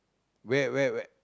where where where